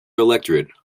electorate